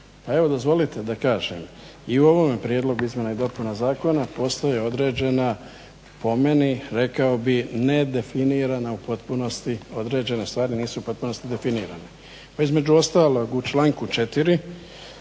Pa evo dozvolite da kažem. I u ovom prijedlogu izmjena i dopuna zakona postoji određena po meni, rekao bih, nedefinirana, u potpunosti određene stvari nisu u potpunosti definirane. Pa između ostaloga u čl. 4.